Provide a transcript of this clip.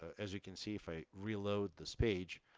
as you can see, if i reload this page,